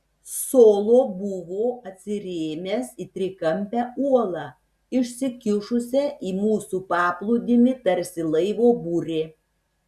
solo buvo atsirėmęs į trikampę uolą išsikišusią į mūsų paplūdimį tarsi laivo burė